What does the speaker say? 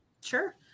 Sure